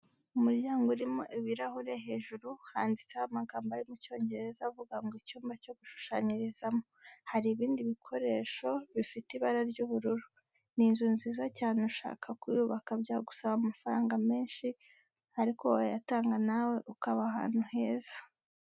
Umuryango urimo ibirahure hejuru handitseho amagambo ari mu Cyongereza avuga ngo icyumba cyo gushushanyirizamo, hari ibindi bikoresho bifite ibara ry'ubururu. Ni inzu nziza cyane ushaka kuyubaka byagusaba amafaranga menshi ariko wayatanga nawe ukaba ahantu heza.